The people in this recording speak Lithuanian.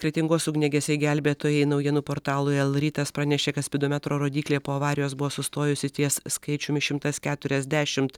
kretingos ugniagesiai gelbėtojai naujienų portalui l rytas pranešė kad spidometro rodyklė po avarijos buvo sustojusi ties skaičiumi šimtas keturiasdešimt